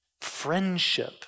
friendship